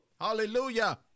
Hallelujah